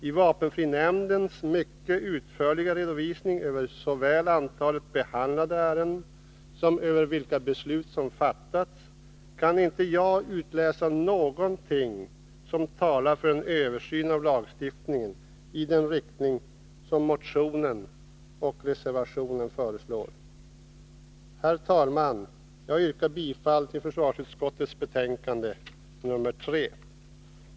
I vapenfrinämndens mycket utförliga redovisning över såväl antalet behandlade ärenden som över vilka beslut som fattats kan inte jag utläsa någonting som talar för en översyn av lagstiftningen i den riktning som föreslås i motionen och reservationen. Herr talman! Jag yrkar bifall till försvarsutskottets hemställan i dess betänkande nr 3.